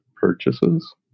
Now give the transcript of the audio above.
purchases